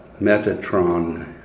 Metatron